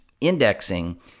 indexing